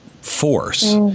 force